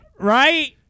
right